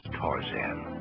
Tarzan